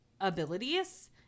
abilities